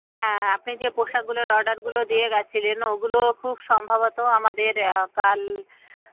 আপনি যে পোশাকগুলোর অর্ডারগুলো দিয়ে গেছিলেন ওগুলো খুব সম্ভবত আমাদের কাল